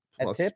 Plus